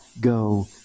go